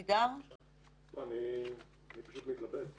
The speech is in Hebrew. כשנכנסתי לכנסת קיבלתי טלפונים מכמה אנשים שאמרו שהדבר הזה חורה להם.